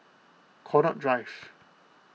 Connaught Drive